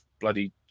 bloody